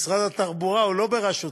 משרד התחבורה הוא לא בראשותי,